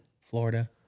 Florida